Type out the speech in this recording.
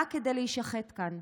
רק כדי להישחט כאן?